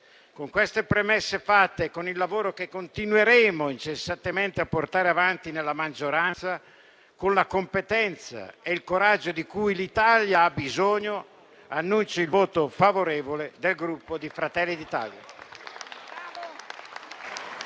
Con le premesse fatte e con il lavoro che continueremo incessantemente a portare avanti nella maggioranza, con la competenza e il coraggio di cui l'Italia ha bisogno, annuncio il voto favorevole del Gruppo Fratelli d'Italia